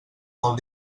molt